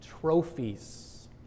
Trophies